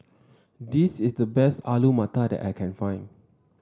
this is the best Alu Matar that I can find